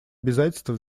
обязательство